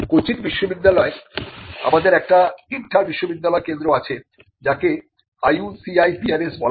কোচিন বিশ্ববিদ্যালয়ে আমাদের একটি ইন্টার বিশ্ববিদ্যালয় কেন্দ্র আছে যাকে IUCIPRS বলা হয়